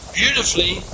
beautifully